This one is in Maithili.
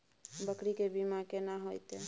बकरी के बीमा केना होइते?